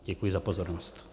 Děkuji za pozornost.